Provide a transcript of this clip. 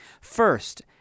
First